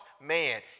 man